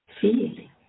feeling